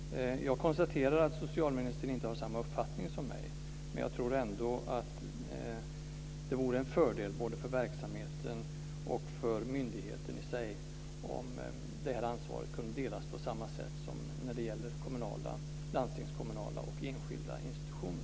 Jag konstaterar att socialministern inte har samma uppfattning som jag, men jag tror ändå att det vore en fördel både för verksamheten och för myndigheten i sig om det här ansvaret kunde delas på samma sätt som när det gäller kommunala, landstingskommunala och enskilda institutioner.